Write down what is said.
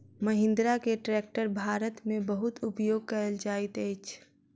महिंद्रा के ट्रेक्टर भारत में बहुत उपयोग कयल जाइत अछि